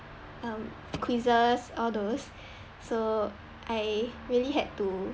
um quizzes all those so I really had to